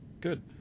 good